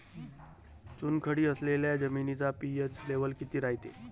चुनखडी असलेल्या जमिनीचा पी.एच लेव्हल किती रायते?